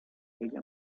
ella